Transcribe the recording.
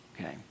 okay